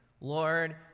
Lord